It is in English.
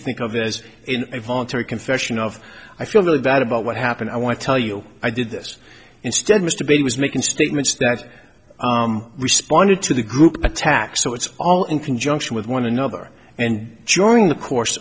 think of as in a voluntary confession of i feel very bad about what happened i want to tell you i did this instead mr b was making statements that responded to the group attack so it's all in conjunction with one another and during the course